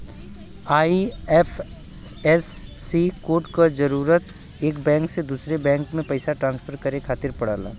IFSC code क जरूरत एक बैंक से दूसरे बैंक में पइसा ट्रांसफर करे खातिर पड़ला